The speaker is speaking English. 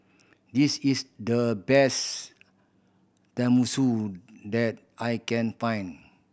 this is the best Tenmusu that I can find